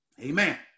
amen